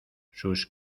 sus